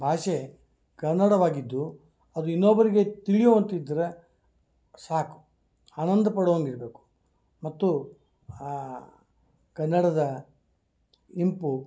ಭಾಷೆ ಕನ್ನಡವಾಗಿದ್ದು ಅದು ಇನ್ನೊಬ್ಬರಿಗೆ ತಿಳಿಯುವಂತಿದ್ದರೆ ಸಾಕು ಆನಂದ ಪಡೋಂಗಿರಬೇಕು ಮತ್ತು ಆ ಕನ್ನಡದ ಇಂಪು